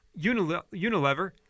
Unilever